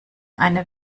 eine